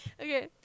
Okay